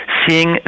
seeing